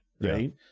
right